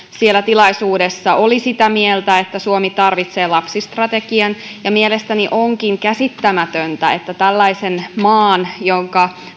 siellä tilaisuudessa oli sitä mieltä että suomi tarvitsee lapsistrategian mielestäni onkin käsittämätöntä että tällainen maa jonka